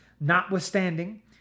notwithstanding